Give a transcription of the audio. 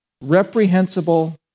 reprehensible